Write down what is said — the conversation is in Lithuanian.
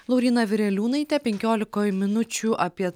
lauryna vireliūnaitė penkiolikoj minučių apie